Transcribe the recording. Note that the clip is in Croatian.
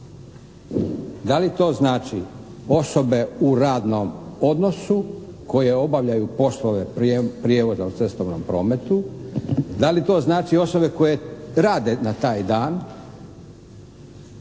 Da li to znači osobe u radnom odnosu koje obavljaju poslove prijevoza u cestovnom prometu? Da li to znači osobe koje rade na taj dan